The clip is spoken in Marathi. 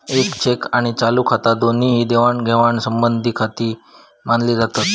येक चेक आणि चालू खाता दोन्ही ही देवाणघेवाण संबंधीचीखाती मानली जातत